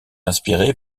inspiré